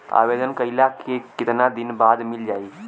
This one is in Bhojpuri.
आवेदन कइला के कितना दिन बाद मिल जाई?